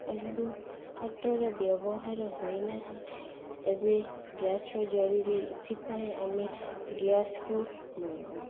ଆଣ୍ଡୁ cutter ବ୍ୟବହାର ହୁଏନାହିଁ ଏବେ ଗ୍ୟାସର ଜରୁରୀ ଏଥିପାଇଁ ଆମେ ଗ୍ୟାସକୁ ମଙ୍ଗାଉ